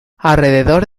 alrededor